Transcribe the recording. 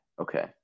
Okay